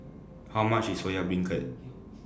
How much IS Soya Beancurd